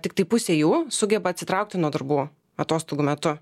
tiktai pusė jų sugeba atsitraukti nuo darbų atostogų metu